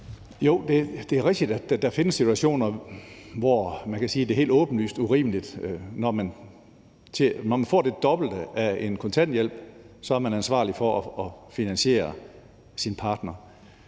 Jo, det er rigtigt, at der findes situationer, hvor man kan sige, at det er helt åbenlyst urimeligt: Når man får det dobbelte af en kontanthjælp, er man ansvarlig for at finansiere sin partner.